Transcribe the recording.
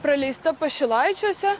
praleista pašilaičiuose